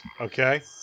okay